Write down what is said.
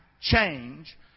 change